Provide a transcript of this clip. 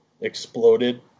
exploded